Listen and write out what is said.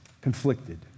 conflicted